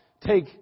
take